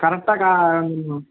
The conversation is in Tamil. கரெக்ட்டா கா